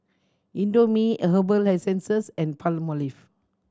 Indomie a Herbal Essences and Palmolive